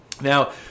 Now